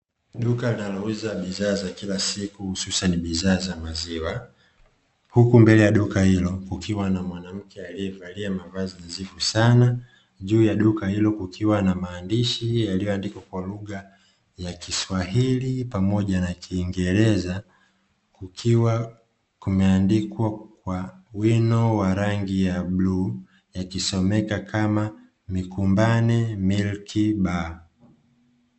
Duka linalouza bidhaa za kila siku hususan bidhaa za maziwa. Huku mbele ya duka hilo kukiwa na mwanamke aliyevalia mavazi nadhifu sana. Juu ya duka hilo kukiwa na maandishi yaliyoandikwa kwa lugha ya kiswahili pamoja na kiingereza, ikiwa kumeandikwa Kwa wino wa rangi ya bluu yakisomeka kama "Mikumbane Milk Ba".